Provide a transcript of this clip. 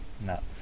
No